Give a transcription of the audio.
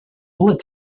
bullet